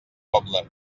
poble